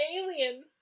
alien